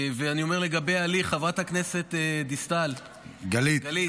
ואני אומר, לגבי ההליך, חברת הכנסת דיסטל, גלית,